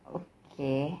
okay